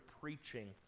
preaching